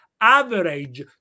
average